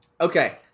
Okay